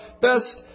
best